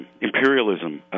imperialism